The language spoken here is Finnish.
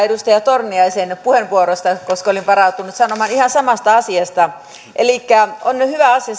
edustaja torniaisen puheenvuorosta koska olin varautunut sanomaan ihan samasta asiasta elikkä on hyvä asia